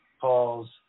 calls